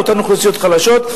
אותן אוכלוסיות חלשות,